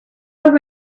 over